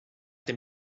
dem